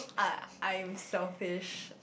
uh I'm selfish